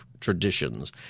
traditions